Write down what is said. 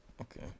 okay